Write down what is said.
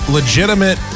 legitimate